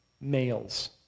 males